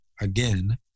again